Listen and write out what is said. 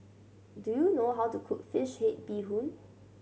do you know how to cook fish head bee hoon